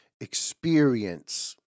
experience